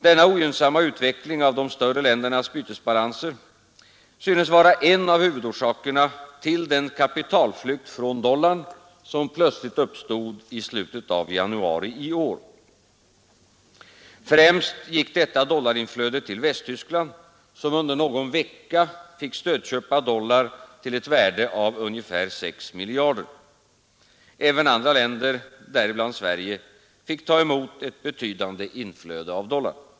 Denna ogynnsamma utveckling av de större ländernas bytesbalanser synes vara en av huvudorsakerna till den kapitalflykt från dollarn som plötsligt uppstod i slutet av januari i år. Främst gick detta dollarinflöde till Västtyskland, som under någon vecka fick stödköpa dollar till ett värde av ca 6 miljarder. Även andra länder, däribland Sverige, fick motta ett betydande inflöde av dollar.